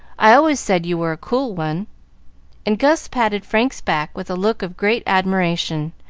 i always said you were a cool one and gus patted frank's back with a look of great admiration,